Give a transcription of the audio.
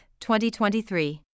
2023